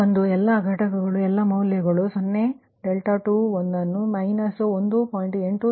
ಮತ್ತು 𝜕1 ಎಲ್ಲಾ ಯುನಿಟ್ಗಳು ಎಲ್ಲಾ ಮೌಲ್ಯಗಳು 𝜕1 0 ಅನ್ನು ಈ 𝜕21−1